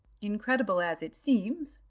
incredible as it seems,